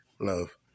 Love